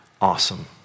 Awesome